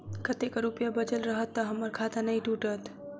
कतेक रुपया बचल रहत तऽ हम्मर खाता नै टूटत?